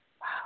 Wow